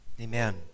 Amen